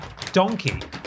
Donkey